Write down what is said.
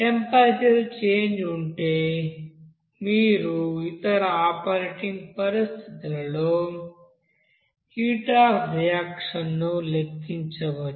temperature change ఉంటే మీరు ఇతర ఆపరేటింగ్ పరిస్థితులలో హీట్ అఫ్ రియాక్షన్ ను లెక్కించవచ్చు